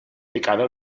picada